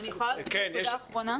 אני יכולה להוסיף נקודה אחרונה?